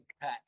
cut